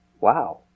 Wow